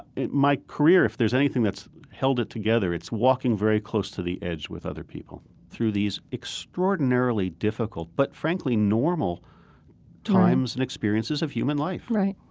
my career, if there's anything that's held it together, it's walking very close to the edge with other people through these extraordinarily difficult but frankly normal times and experiences of human life right.